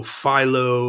philo